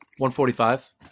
145